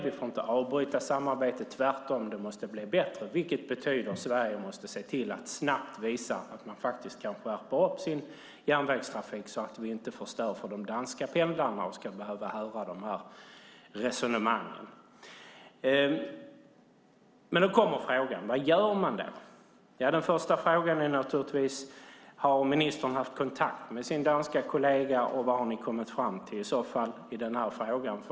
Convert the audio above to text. Vi får inte avbryta samarbetet. Tvärtom måste det bli bättre. Det betyder att Sverige snabbt måste visa att man kan skärpa sin järnvägstrafik så att vi inte förstör för de danska pendlarna och ska behöva höra dessa resonemang. Nu kommer frågan: Vad gör man då? Den första frågan är: Har ministern haft kontakt med sin danska kollega? Vad har ni i så fall kommit fram till i den frågan?